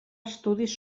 estudis